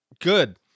Good